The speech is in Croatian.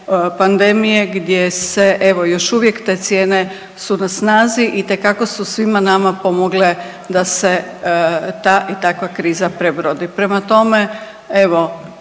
pandemije gdje se, evo, još uvijek te cijene su na snazi, itekako su svima nama pomogle da se ta i takva kriza prebrodi. Prema tome, evo,